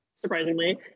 surprisingly